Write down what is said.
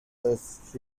west